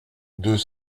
deux